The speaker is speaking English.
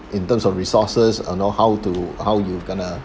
in terms of resources or you know how to how you going to